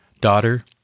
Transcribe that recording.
Daughter